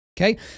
Okay